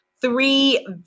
three